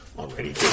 already